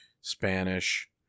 spanish